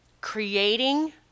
creating